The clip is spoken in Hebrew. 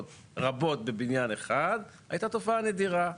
רבות בבניין אחד הייתה תופעה נדירה.